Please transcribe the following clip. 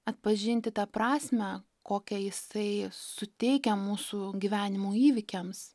atpažinti tą prasmę kokią jisai suteikia mūsų gyvenimo įvykiams